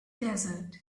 desert